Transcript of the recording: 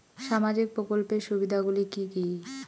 সামাজিক প্রকল্পের সুবিধাগুলি কি কি?